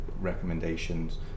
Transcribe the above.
recommendations